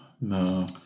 no